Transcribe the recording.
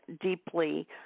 deeply